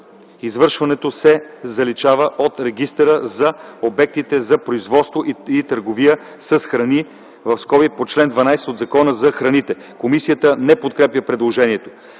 извършването, се заличава от Регистъра за обектите за производство и търговия с храни (по чл. 12 от Закона за храните)”.” Комисията не подкрепя предложението.